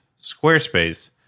Squarespace